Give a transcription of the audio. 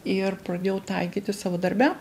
ir pradėjau taikyti savo darbe